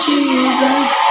Jesus